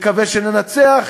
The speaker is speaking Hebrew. נקווה שננצח,